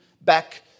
back